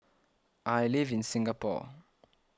I live in Singapore